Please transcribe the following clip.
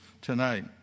tonight